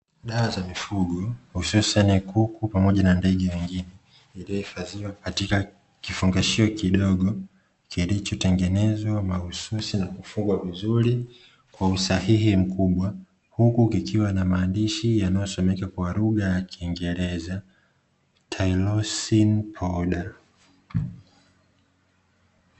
Dawa za mifugo hususani kuku pamoja na ndege wengine, iliyohifadhiwa katika kifungashio kidogo; kilichotengenezwa mahususi na kufungwa vizuri kwa usahihi mkubwa, huku kikiwa na maandishi yanayosomeka kwa lugha ya kiingereza "Tilosin Powder".